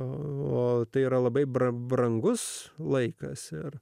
o tai yra labai brangus laikas ir